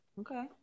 Okay